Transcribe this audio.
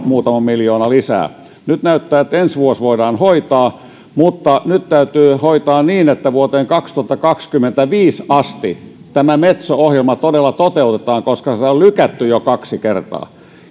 muutama miljoona lisää nyt näyttää että ensi vuosi voidaan hoitaa mutta nyt täytyy hoitaa niin että vuoteen kaksituhattakaksikymmentäviisi asti tämä metso ohjelma todella toteutetaan koska sitä on lykätty jo kaksi kertaa